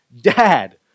dad